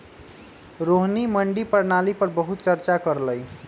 रोहिणी मंडी प्रणाली पर बहुत चर्चा कर लई